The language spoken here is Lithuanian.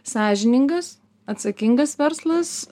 sąžiningas atsakingas verslas